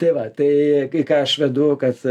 tai va tai į ką aš vedu kad